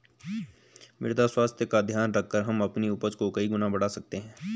मृदा स्वास्थ्य का ध्यान रखकर हम अपनी उपज को कई गुना बढ़ा सकते हैं